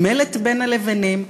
עם מלט בין הלבנים,